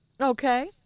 Okay